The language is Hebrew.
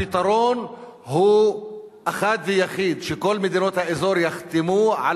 הפתרון הוא אחד ויחיד: שכל מדינות האזור יחתמו על